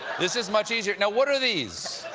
this is much easier. now, what are these?